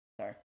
Sorry